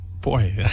boy